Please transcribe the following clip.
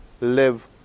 live